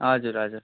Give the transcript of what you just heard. हजुर हजुर